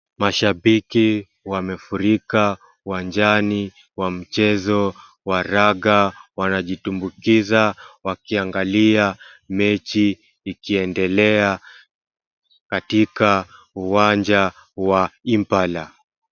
Mashabiki wamefurika uwanjani wa mchezo wa raga wanajitumbukiza wakiangali mechi ikiendelea katika uwanja wa Impala.